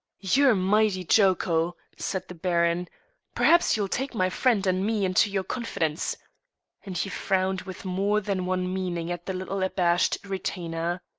you're mighty joco! said the baron perhaps you'll take my friend and me into your confidence and he frowned with more than one meaning at the little-abashed retainer.